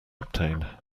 obtain